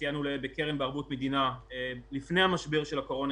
סייענו להם בקרן בערבות מדינה לפני המשבר של הקורונה,